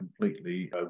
completely